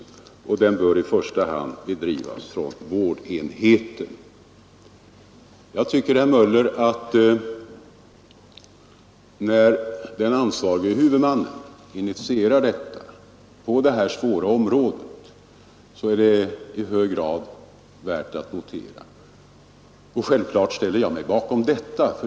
Den bör i första hand bedrivas från vårdenheten. Jag tycker, herr Möller, att när den ansvarige huvudmannen initierar en sådan försöksverksamhet är det i hög grad värt att notera. Självfallet ställer jag mig bakom den.